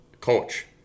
Coach